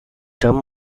term